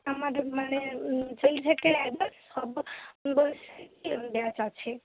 আমাদের মানে সেই থেকে একদম সব বয়েসেরই ব্যাচ আছে